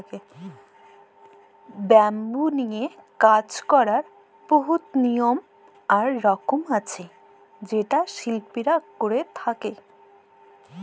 bamboo লিয়ে কাজ ক্যরার বহুত লিয়ম আর রকম আছে যেট শিল্পীরা ক্যরে থ্যকে